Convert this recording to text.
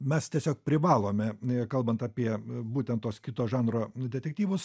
mes tiesiog privalome kalbant apie būtent tuos kito žanro detektyvus